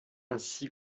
ainsi